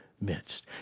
midst